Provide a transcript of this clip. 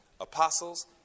apostles